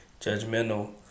judgmental